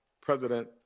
President